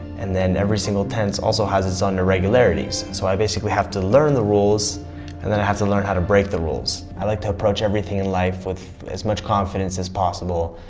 and then every single tense also has its under regularities. so i basically have to learn the rules and then i have to learn how to break the rules. i like to approach everything in life with as much confidence as possible,